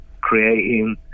creating